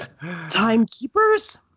Timekeepers